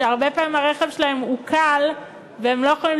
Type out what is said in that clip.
שהרבה פעמים הרכב שלהם עוקל והם לא יכולים